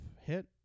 hit